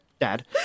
Dad